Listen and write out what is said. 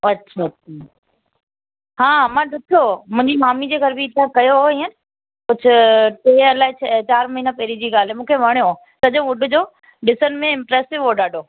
अछा अछा हा मां ॾिठो मुंहिंजी मामी जे घरु बि तव्हां कयो हो इअं कुझु टे अलाइ चार महीना पहिरियों जी ॻाल्हि आहे मूंखे वणियो सॼो वुड जो ॾिसण में इंट्रेस्टिंग हो ॾाढो